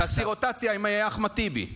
אני לא אהיה יו"ר.